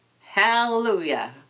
Hallelujah